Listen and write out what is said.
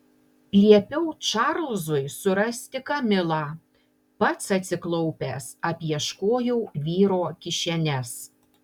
liepiau čarlzui surasti kamilą pats atsiklaupęs apieškojau vyro kišenes